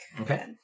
Okay